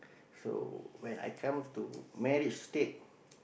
so when I come to marriage state